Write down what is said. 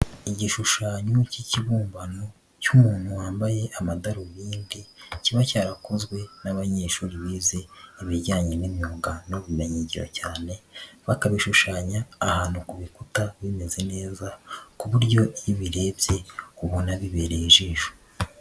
Igishushanyo cy'ikibumbano cy'umuntu wambaye amadarubindi kiba cyarakozwe n'abanyeshuri bize ibijyanye n'imyuga n'ubumenyinyigiro cyane, bakabishushanya ahantu ku bikuta bimeze neza, ku buryo iyo ubirebye ubona bibereye ijisho.